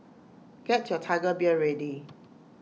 get your Tiger Beer ready